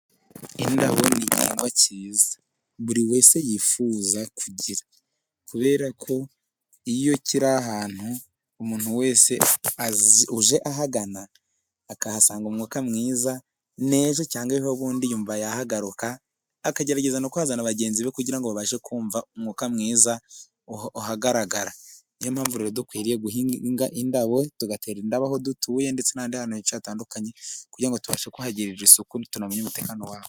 Indabo ni igihingwa cyiza, buri wese yifuza kugira, kubera ko iyo kiri ahantu, umuntu wese uje ahagana, akahasanga umwuka mwiza. N'ejo cyangwa ejobundi, yumva yahagaruka, akagerageza no kuhazana bagenzi be, kugira ngo abashe kumva umwuka mwiza uhagaragara. Niyo mpamvu rero dukwiriye guhinga indabo, tugatera indabo aho dutuye, ndetse n'ahandi hantu henshi hatandukanye, kugira ngo tubashe kuhagirira isuku, tunamenye umutekano waho.